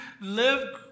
live